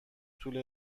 طول